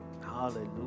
Hallelujah